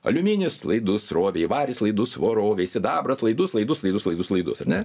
aliuminis laidus srovei varis laidus svorovei sidabras laidus laidus laidus laidus laidus ar ne